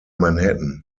manhattan